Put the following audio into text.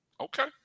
Okay